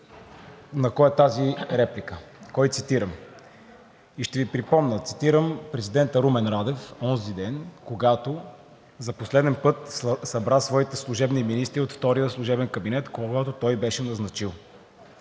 на кого е тази реплика? Кого цитирам? Ще Ви припомня – цитирам президента Румен Радев онзи ден, когато за последен път събра своите служебни министри от втория служебен кабинет, който той беше назначил.